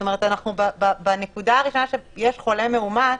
זאת אומרת, בנקודה הראשונה שיש חולה מאומת,